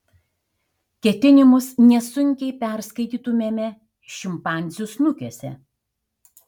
ketinimus nesunkiai perskaitytumėme šimpanzių snukiuose